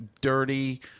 dirty